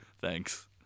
thanks